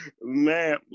Man